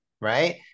right